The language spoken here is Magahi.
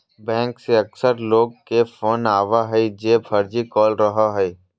बैंक से अक्सर लोग के फोन आवो हइ जे फर्जी कॉल रहो हइ